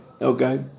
Okay